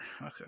Okay